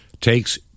takes